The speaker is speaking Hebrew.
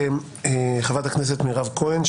חברת הכנסת מירב כהן,